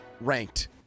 ranked